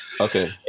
Okay